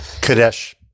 Kadesh